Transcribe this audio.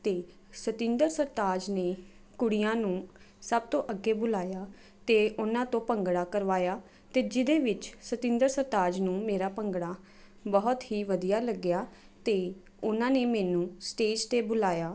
ਅਤੇ ਸਤਿੰਦਰ ਸਰਤਾਜ ਨੇ ਕੁੜੀਆਂ ਨੂੰ ਸਭ ਤੋਂ ਅੱਗੇ ਬੁਲਾਇਆ ਅਤੇ ਉਹਨਾਂ ਤੋਂ ਭੰਗੜਾ ਕਰਵਾਇਆ ਅਤੇ ਜਿਹਦੇ ਵਿੱਚ ਸਤਿੰਦਰ ਸਰਤਾਜ ਨੂੰ ਮੇਰਾ ਭੰਗੜਾ ਬਹੁਤ ਹੀ ਵਧੀਆ ਲੱਗਿਆ ਅਤੇ ਉਹਨਾਂ ਨੇ ਮੈਨੂੰ ਸਟੇਜ 'ਤੇ ਬੁਲਾਇਆ